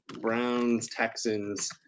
Browns-Texans